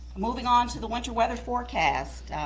moving on to the winter weather forecast.